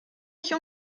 ich